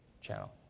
channel